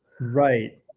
Right